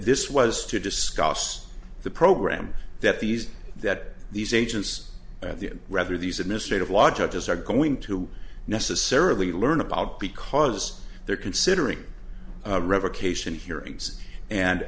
this was to discuss the program that these that these agents at the rather these administrative law judges are going to necessarily learn about because they're considering revocation hearings and